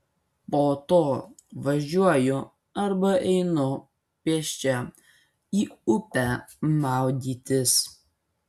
po to važiuoju arba einu pėsčia į upę maudytis